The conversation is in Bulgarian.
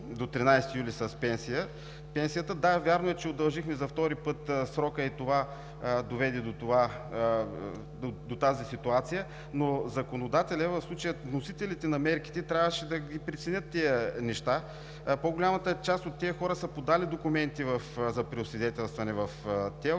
до 13 юли с пенсия. Да, вярно е, че удължихме за втори път срока и това доведе до тази ситуация, но законодателят, в случая вносителите на мерките, трябваше да ги преценят тези неща. По голямата част от тези хора са подали документи за преосвидетелстване в ТЕЛК,